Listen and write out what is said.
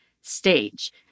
stage